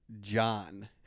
John